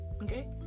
Okay